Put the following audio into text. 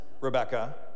Rebecca